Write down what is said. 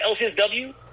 LCSW